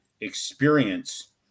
experience